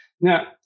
Now